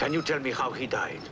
can you tell me how he died